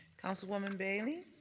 councilwoman bailey.